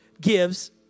gives